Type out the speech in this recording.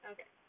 Okay